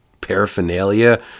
paraphernalia